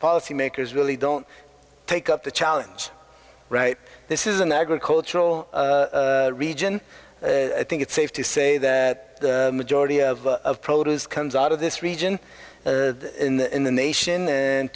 policy makers really don't take up the challenge right this is an agricultural region i think it's safe to say that the majority of the produce comes out of this region in the nation and